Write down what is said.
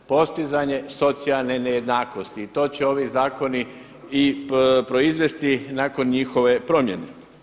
Postizanje socijalne nejednakosti i to će ovi zakoni i proizvesti nakon njihove promjene.